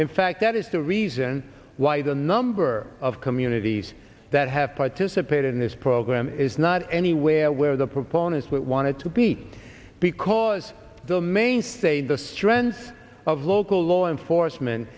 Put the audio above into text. in fact that is the reason why the number of communities that have participated in this program is not anywhere where the proponents wanted to be because the mainstay the strength of local law enforcement